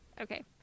Okay